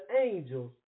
angels